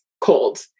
cold